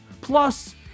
Plus